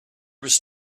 was